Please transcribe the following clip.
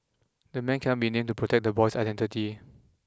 the man cannot be named to protect the boy's identity